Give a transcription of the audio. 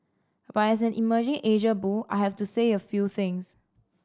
but as an emerging Asia bull I have to say a few things